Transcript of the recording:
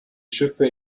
schiffe